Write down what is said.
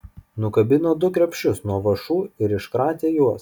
nukabino du krepšius nuo vąšų ir iškratė juos